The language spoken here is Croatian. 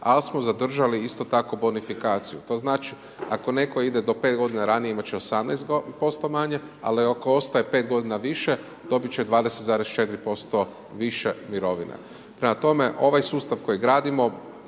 ali smo zadržali isto tako bonifikaciju. To znači ako netko ide do 5 godina ranije imati će 18% manje ali ako ostaje 5 godina više dobiti će 20,4% više mirovine. Prema tome, ovaj sustav koji gradimo